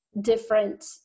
different